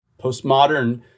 Postmodern